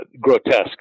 grotesque